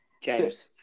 James